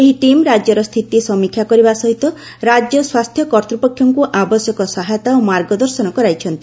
ଏହି ଟିମ୍ ରାଜ୍ୟର ସ୍ଥିତି ସମୀକ୍ଷା କରିବା ସହିତ ରାଜ୍ୟ ସ୍ୱାସ୍ଥ୍ୟ କର୍ତ୍ତୃପକ୍ଷଙ୍କୁ ଆବଶ୍ୟକ ସହାୟତା ଓ ମାର୍ଗଦର୍ଶନ କରାଇଛନ୍ତି